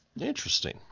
Interesting